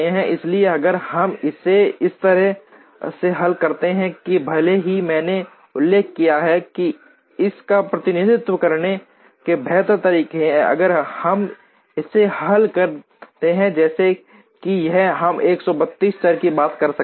इसलिए अगर हम इसे इस तरह से हल करते हैं भले ही मैंने उल्लेख किया है कि इस का प्रतिनिधित्व करने के बेहतर तरीके हैं अगर हम इसे हल करते हैं जैसे कि यह हम 132 चर की बात कर रहे हैं